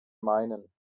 meinen